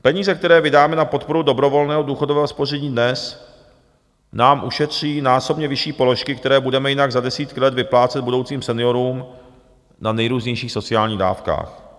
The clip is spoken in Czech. Peníze, které vydáme na podporu dobrovolného důchodového spoření dnes, nám ušetří násobně vyšší položky, které budeme jinak za desítky let vyplácet budoucím seniorům na nejrůznějších sociálních dávkách.